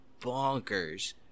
bonkers